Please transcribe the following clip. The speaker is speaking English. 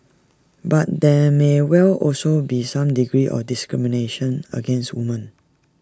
but there may well also be some degree of discrimination against women